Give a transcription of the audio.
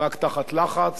רק בהיסטריה,